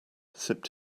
sipped